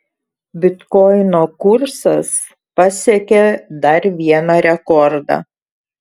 bitkoino kursas pasiekė dar vieną rekordą